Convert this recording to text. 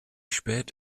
spät